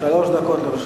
שלוש דקות לרשותך.